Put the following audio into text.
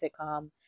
sitcom